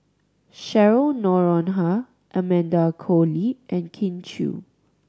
Cheryl Noronha Amanda Koe Lee and Kin Chui